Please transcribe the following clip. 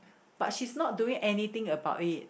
but she's not doing anything about it